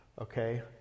okay